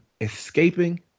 Escaping